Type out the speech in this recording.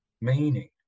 meaning